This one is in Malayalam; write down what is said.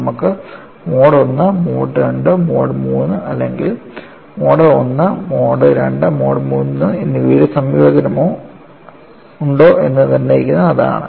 നമുക്ക് mode I mode II mode III അല്ലെങ്കിൽ mode I mode II mode III എന്നിവയുടെ സംയോജനമുണ്ടോ എന്ന് നിർണ്ണയിക്കുന്നത് അതാണ്